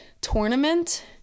tournament